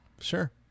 Sure